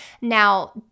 Now